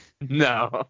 No